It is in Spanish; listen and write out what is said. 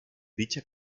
dicha